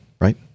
right